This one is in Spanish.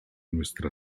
nuestra